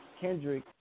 Kendrick